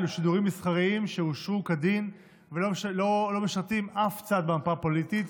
אלו שידורים מסחריים שאושרו כדין ולא משרתים אף צד במפה הפוליטית,